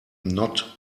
not